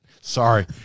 Sorry